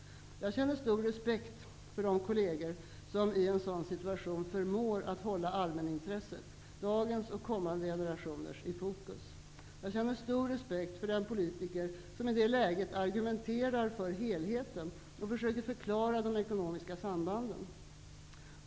Jag känner en stor respekt för de kolleger som i en sådan situation förmår att hålla allmänintresset, dagens och kommande generationers, i fokus. Jag känner också en stor respekt för den politiker som i det läget argumenterar för helheten och försöker förklara de ekonomiska sambanden.